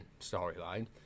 storyline